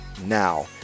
now